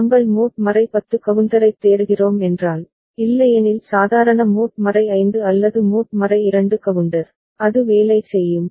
நாங்கள் மோட் 10 கவுண்டரைத் தேடுகிறோம் என்றால் இல்லையெனில் சாதாரண மோட் 5 அல்லது மோட் 2 கவுண்டர் அது வேலை செய்யும்